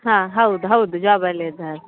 ಹಾಂ ಹೌದು ಹೌದು ಜಾಬ್ ಅಲ್ಲಿ ಇದ್ದಾರೆ